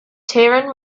taran